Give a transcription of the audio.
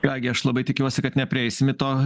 ką gi aš labai tikiuosi kad neprieisim į to